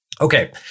Okay